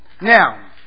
Now